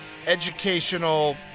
educational